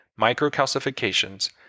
microcalcifications